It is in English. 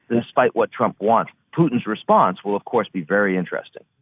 despite what trump wants. putin's response will, of course, be very interesting.